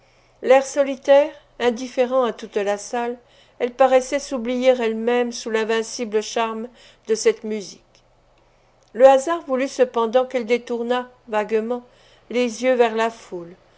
l'air solitaire indifférent à tout la salle elle paraissait s'oublier elle-même sous l'invincible charme de cette musique le hasard voulut cependant qu'elle détournât vaguement les yeux vers la foule